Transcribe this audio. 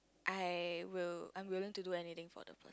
I will I'm willing to do anything for the per~